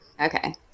Okay